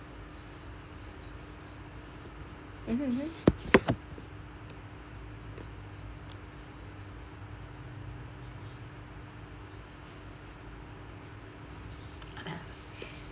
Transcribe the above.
mmhmm